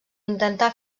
intentar